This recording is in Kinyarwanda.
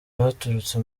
baturutse